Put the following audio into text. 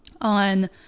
on